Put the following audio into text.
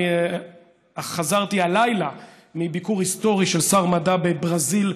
אני חזרתי הלילה מביקור היסטורי של שר מדע בברזיל ובארגנטינה.